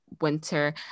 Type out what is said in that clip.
winter